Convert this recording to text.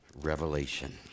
Revelation